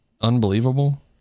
unbelievable